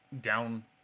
down